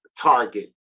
target